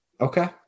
Okay